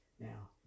Now